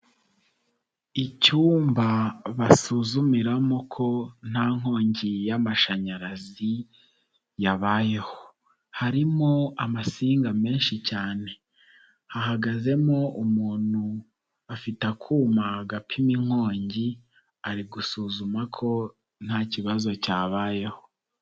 Icyumba basuzumiramo ko nta nkongi y'amashanyarazi yabayeho, harimo amasinga menshi cyane, hahagazemo umuntu afite akuma gapima inkongi ari gusuzuma ko nta kibazo cyabayeho.